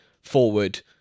forward